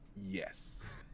Yes